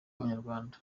abanyarwanda